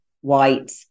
white